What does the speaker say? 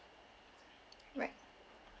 right